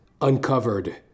Uncovered